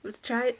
which it